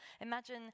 Imagine